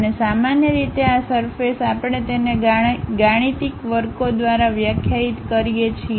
અને સામાન્ય રીતે આ સરફેસ આપણે તેને ગાણિતિક વર્કો દ્વારા વ્યાખ્યાયિત કરીએ છીએ